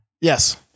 Yes